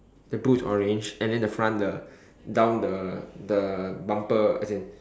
the boot is orange and then the front the down the the bumper as in